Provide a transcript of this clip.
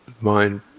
mind